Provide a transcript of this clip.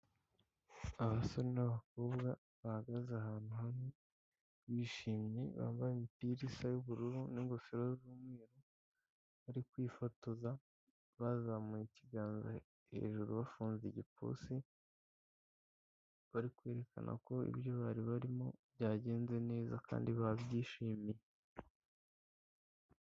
Abasore n'abakobwa bahagaze ahantu hamwe bishimye, bambaye imipira isa y'ubururu n'ingofero z'umweru, bari kwifotoza bazamuye ikiganza hejuru bafunze igipfunsi, bari kwerekana ko ibyo bari barimo byagenze neza kandi babyishimiye.